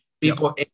people